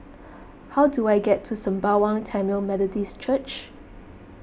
how do I get to Sembawang Tamil Methodist Church